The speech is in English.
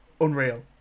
Unreal